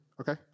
Okay